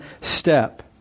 step